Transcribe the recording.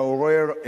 לעורר,